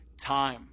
time